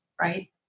right